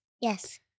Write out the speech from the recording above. Yes